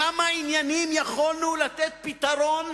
לכמה עניינים יכולנו לתת פתרון